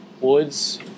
Woods